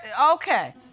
Okay